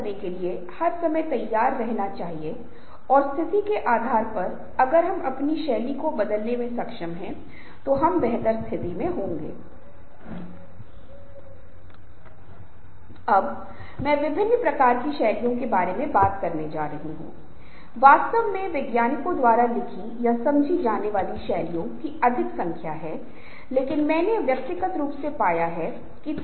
इसलिए जो एक समूह का नेता है या जिसने कुछ नियंत्रण प्राप्त कर लिया है उसे समूह के सभी सदस्यों को महत्व देने की स्थिति में होना चाहिए और यह केवल उचित संचार प्रभावी संचार के माध्यम से संभव है उचित समझ देना और अच्छे संबंध विकसित करना ये सभी बातें बोलने के माध्यम से महत्वपूर्ण हैं एक विद्वान है जिसे फिशर कहा जाता है और इस संदर्भ में फिशर का मॉडल बहुत ही प्रासंगिक है जो Fisher model of group progression है